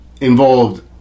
involved